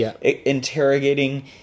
interrogating